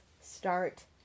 start